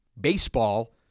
baseball